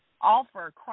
offer